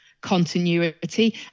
continuity